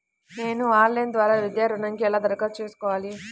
నేను ఆన్లైన్ ద్వారా విద్యా ఋణంకి ఎలా దరఖాస్తు చేసుకోవాలి?